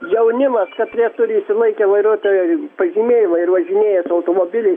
jaunimas katrie turi išsilaikę vairuotojo pažymėjimą ir važinėja su automobiliai